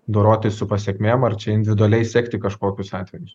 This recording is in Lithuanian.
dorotis su pasekmėm ar čia individualiai sekti kažkokius atvejus